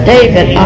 David